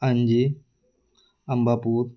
अंजी अंबापूर